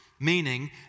Meaning